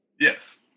Yes